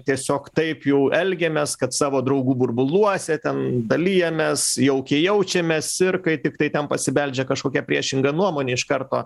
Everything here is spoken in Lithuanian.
tiesiog taip jau elgiamės kad savo draugų burbuluose ten dalijamės jaukiai jaučiamės ir kai tiktai ten pasibeldžia kažkokia priešinga nuomonė iš karto